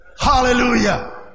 Hallelujah